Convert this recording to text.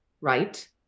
right